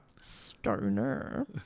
Stoner